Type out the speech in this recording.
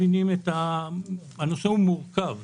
הנושא הוא מורכב,